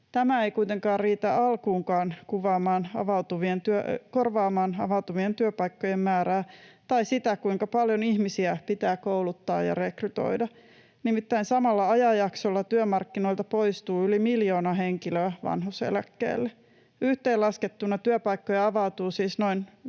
Tämä ei kuitenkaan riitä alkuunkaan korvaamaan avautuvien työpaikkojen määrää tai sitä, kuinka paljon ihmisiä pitää kouluttaa ja rekrytoida. Nimittäin samalla ajanjaksolla työmarkkinoilta poistuu yli miljoona henkilöä vanhuuseläkkeelle. Yhteenlaskettuna työpaikkoja avautuu siis noin